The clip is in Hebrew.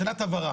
שאלת הבהרה.